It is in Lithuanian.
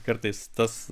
kartais tas